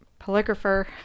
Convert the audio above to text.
polygrapher